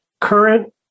current